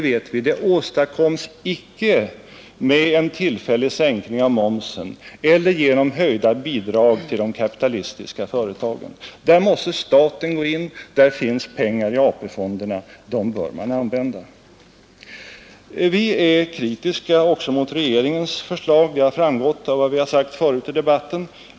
Det åstadkoms icke med en tillfällig sänkning av momsen eller genom höjda bidrag till de kapitalistiska företagen. I stället måste staten gå in. Det finns pengar i AP-fonderna. Dem bör man använda. Vi är kritiska också mot regeringens förslag — det har framgått av vad vi har sagt förut i debatten.